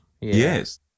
Yes